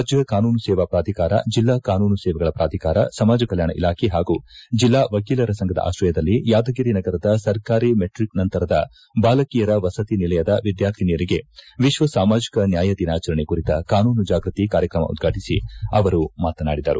ರಾಜ್ಯ ಕಾನೂನು ಸೇವಾ ಪ್ರಾಧಿಕಾರ ಜಿಲ್ಲಾ ಕಾನೂನು ಸೇವೆಗಳ ಪ್ರಾಧಿಕಾರ ಸಮಾಜ ಕಲ್ಕಾಣ ಇಲಾಖೆ ಪಾಗೂ ಜಿಲ್ಲಾ ವಕೀಲರ ಸಂಘದ ಆತ್ರಯದಲ್ಲಿ ಯಾದಗಿರಿ ನಗರದ ಸರ್ಕಾರಿ ಮೆಟ್ರಕ್ ನಂತರದ ಬಾಲಕಿಯರ ವಸತಿ ನಿಲಯ ವಿದ್ಯಾರ್ಥಿನಿಯರಿಗೆ ಎಕ್ವ ಸಾಮಾಜಿಕ ನ್ನಾಯ ದಿನಾಚರಣೆ ಕುರಿತ ಕಾನೂನು ಜಾಗ್ಸತಿ ಕಾರ್ಯಕ್ರಮ ಉದ್ವಾಟಿಸಿ ಅವರು ಮಾತನಾಡಿದರು